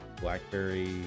blackberry